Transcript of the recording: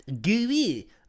gooey